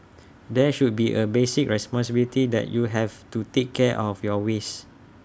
there should be A basic responsibility that you have to take care of your waste